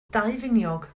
daufiniog